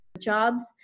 jobs